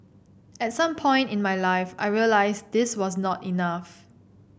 at some point in my life I realised this was not enough